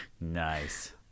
Nice